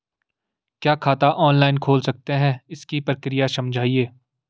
क्या खाता ऑनलाइन खोल सकते हैं इसकी प्रक्रिया समझाइए?